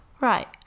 Right